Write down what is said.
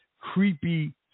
creepy